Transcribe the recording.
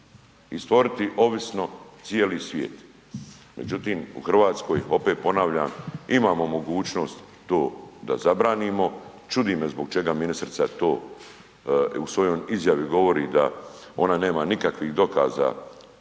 i stvoriti ovisno cijeli svijet. Međutim u Hrvatskoj, opet ponavljam, imamo mogućnost to da zabranimo. Čudi me da ministrica to u svojoj izjavi govori da ona nema nikakvih dokaza,